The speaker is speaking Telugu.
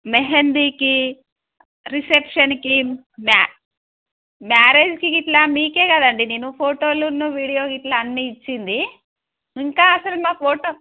మెహందీకి రిసెప్షన్కి మ్యా మ్యారేజ్కి ఇట్లా మీకే కదండి నేను ఫోటోలు ఉన్న వీడియో ఇట్లా అన్నీ ఇచ్చింది ఇంకా అసలు మా ఫోటో